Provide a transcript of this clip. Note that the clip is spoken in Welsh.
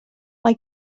mae